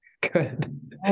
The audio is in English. good